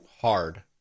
hard